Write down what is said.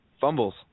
Fumbles